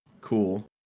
cool